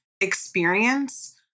experience